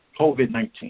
COVID-19